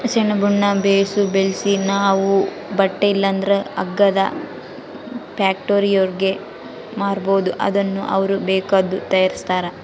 ಸೆಣಬುನ್ನ ಬೇಸು ಬೆಳ್ಸಿ ನಾವು ಬಟ್ಟೆ ಇಲ್ಲಂದ್ರ ಹಗ್ಗದ ಫ್ಯಾಕ್ಟರಿಯೋರ್ಗೆ ಮಾರ್ಬೋದು ಅದುನ್ನ ಅವ್ರು ಬೇಕಾದ್ದು ತಯಾರಿಸ್ತಾರ